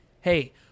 Hey